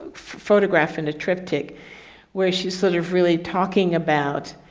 photograph and a triptych where she's sort of really talking about